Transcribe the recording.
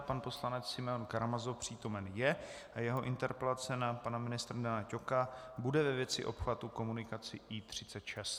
Pan poslanec Simeon Karamazov přítomen je a jeho interpelace na pana ministra Dana Ťoka bude věci obchvatu komunikace I/36.